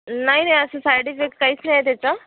नाही नाही असं साईड इफेक्ट काहीच नाही आहे त्याचं